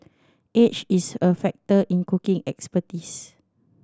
age is a factor in cooking expertise